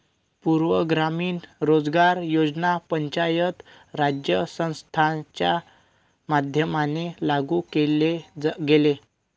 पूर्ण ग्रामीण रोजगार योजना पंचायत राज संस्थांच्या माध्यमाने लागू केले गेले